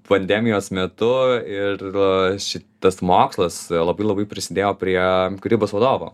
pandemijos metu ir šitas mokslas labai labai prisidėjo prie kūrybos vadovo